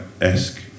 esque